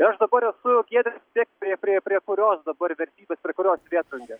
ir aš dabar esu giedre spėk prie prie prie kurios dabar vertybės prie kurios vėtrungės